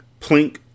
Plink